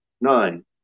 nine